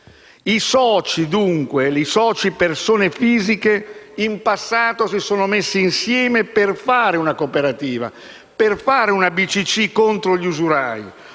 di molto. I soci persone fisiche in passato si sono messi insieme per fare una cooperativa, per fare una BCC contro gli usurai.